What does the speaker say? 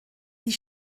sie